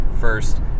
first